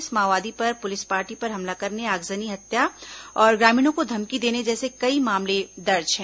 इस माओवादी पर पुलिस पार्टी पर हमला करने आगजनी हत्या और ग्रामीणों को धमकी देने जैसे कई मामले दर्ज हैं